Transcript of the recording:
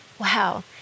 Wow